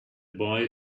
boy